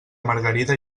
margarida